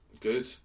Good